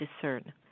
discern